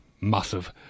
massive